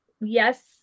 yes